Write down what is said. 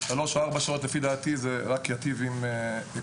שלוש או ארבע שעות לדעתי רק ייטיב עם כולנו.